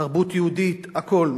תרבות יהודית, הכול.